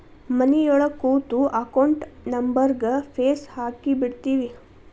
ಮನಿಯೊಳಗ ಕೂತು ಅಕೌಂಟ್ ನಂಬರ್ಗ್ ಫೇಸ್ ಹಾಕಿಬಿಡ್ತಿವಿ